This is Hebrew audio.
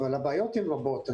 אבל הבעיות הן רבות.